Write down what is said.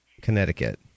Connecticut